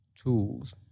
tools